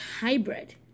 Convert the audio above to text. hybrid